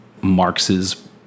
Marx's